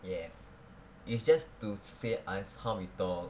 yes it's just to see us how we talk